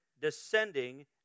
descending